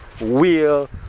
wheel